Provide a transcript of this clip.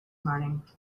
morning